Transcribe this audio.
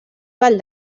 ball